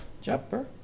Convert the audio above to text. Jumper